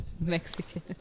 Mexican